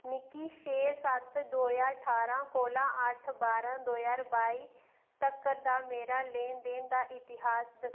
मिगी छे सत्त दो ज्हार ठारां कोला अट्ठ बारां दो ज्हार बाई तक्कर दा मेरा लैन देन दा इतिहास दस्सो